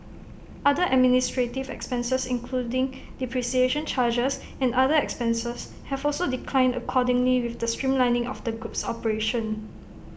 other administrative expenses including depreciation charges and other expenses have also declined accordingly with the streamlining of the group's operations